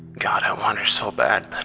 god i want her so bad,